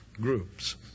groups